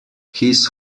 his